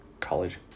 college